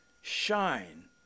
shine